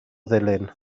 ddulyn